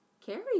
carry